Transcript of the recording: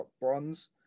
bronze